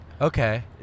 Okay